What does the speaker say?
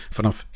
Vanaf